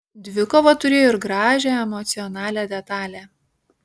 dvikova turėjo ir gražią emocionalią detalę